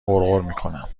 غرغرمیکنم